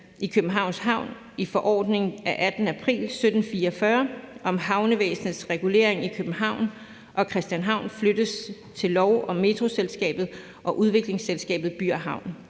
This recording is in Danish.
i Københavns Havn i forordning af 18. april 1744 om havnevæsnets regulering i København og Christianshavn til lov om Metroselskabet og Udviklingsselskabet By & Havn